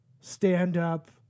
stand-up